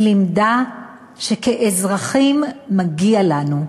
היא לימדה שכאזרחים מגיע לנו,